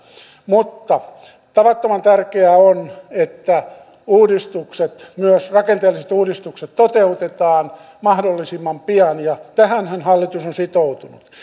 mutta tavattoman tärkeää on että uudistukset myös rakenteelliset uudistukset toteutetaan mahdollisimman pian ja tähänhän hallitus on sitoutunut